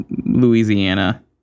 Louisiana